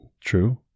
true